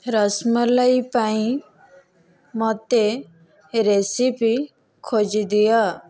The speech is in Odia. ରସମଲାଇ ପାଇଁ ମୋତେ ରେସିପି ଖୋଜିଦିଅ